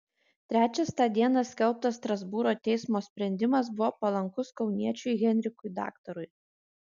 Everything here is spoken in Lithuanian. trečias tą dieną skelbtas strasbūro teismo sprendimas buvo palankus kauniečiui henrikui daktarui